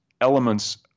elements